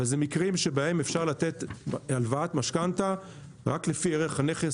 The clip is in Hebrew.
אבל זה מקרים שבהם אפשר לתת הלוואת משכנתה רק לפי ערך הנכס.